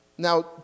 Now